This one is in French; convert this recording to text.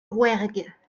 rouergue